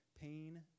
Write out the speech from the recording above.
pain